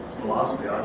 philosophy